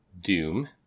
Doom